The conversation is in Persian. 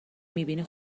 میبینی